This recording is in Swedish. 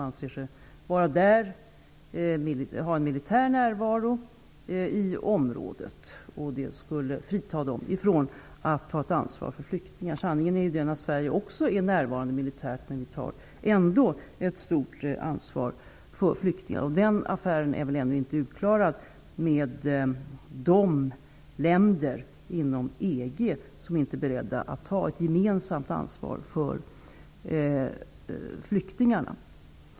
Man anser att Storbritannien från att ta ett ansvar för flyktingar. Sanningen är den att även Sverige är militärt närvarande i området, men vi tar ändå ett stort ansvar för flyktingar. Den affären är ännu inte uppklarad med de länder inom EG som inte är beredda att ta ett gemensamt ansvar för flyktingarna.